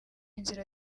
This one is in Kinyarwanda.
inzira